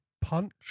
punch